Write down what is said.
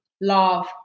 love